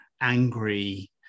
angry